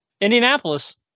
Indianapolis